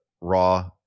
Raw